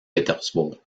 pétersbourg